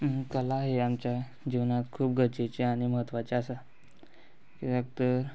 कला ही आमच्या जिवनांत खूब गरजेचे आनी म्हत्वाचें आसा कित्याक तर